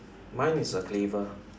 mine is a cleaver